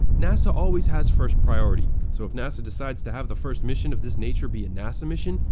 nasa always has first priority. so if nasa decides to have the first mission of this nature be a nasa mission,